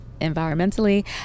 environmentally